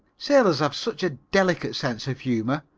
sailors have such a delicate sense of humor.